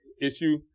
issue